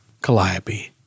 Calliope